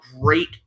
great